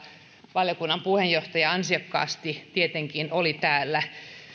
valiokunnan puheenjohtaja ansiokkaasti tietenkin oli täällä